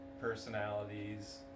personalities